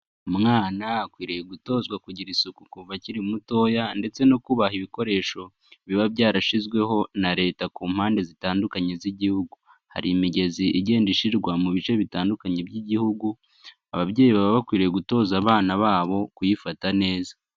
Umwana akwiriye gutozwa kugira isuku kuva akiri mutoya ndetse no kubaha ibikoresho biba byarashyizweho na leta ku mpande zitandukanye z'igihugu. Hari imigezi igenda ishyirwa mu bice bitandukanye by'igihugu, ababyeyi baba bakwiriye gutoza abana babo kuyifata neza.